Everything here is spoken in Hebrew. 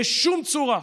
בשום צורה.